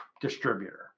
distributor